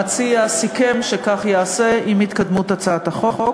המציע סיכם שכך יעשה עם התקדמות הצעת החוק.